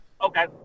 Okay